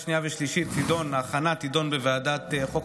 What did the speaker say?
וההכנה לקריאה שנייה ושלישית תידון בוועדת החוקה,